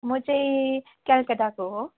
म चाहिँ कलकत्ताको हो